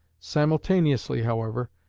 simultaneously, however,